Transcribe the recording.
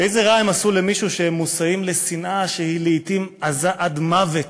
איזה רע הם עשו למישהו שהם מושאים לשנאה שהיא לעתים עזה עד מוות,